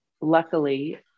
Luckily